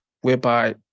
whereby